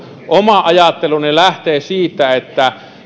oma ajatteluni lähtee siitä että